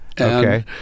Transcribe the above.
Okay